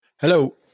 Hello